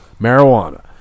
marijuana